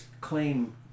claim